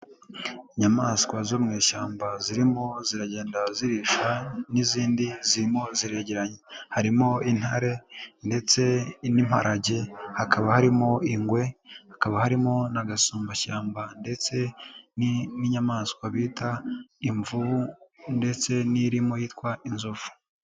Inyamaswa zo mu ishyamba zirimo ziragenda zirisha, n'izindi zirimo ziregeranye harimo intare ndetse n'imparage, hakaba harimo ingwe, hakaba harimo n'agasumbashyamba ndetse n'inyamaswa bita imvubu, ndetse n'irimo yitwa inzovu.